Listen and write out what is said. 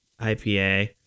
IPA